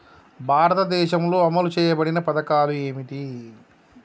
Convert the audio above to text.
భారతదేశంలో అమలు చేయబడిన పథకాలు ఏమిటి?